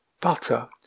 butter